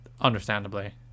Understandably